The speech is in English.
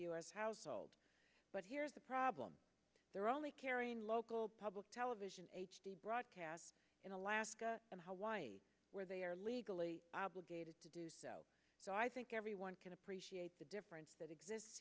s households but here's the problem they're only carrying local public television h d broadcasts in alaska and hawaii where they are legally obligated to do so so i think everyone can appreciate the difference that exists